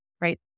right